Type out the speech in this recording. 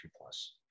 plus